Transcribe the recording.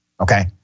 okay